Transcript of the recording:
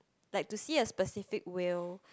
like to see a specific whale